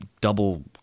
double